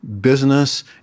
business